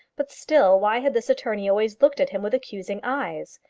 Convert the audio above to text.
but still why had this attorney always looked at him with accusing eyes?